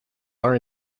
are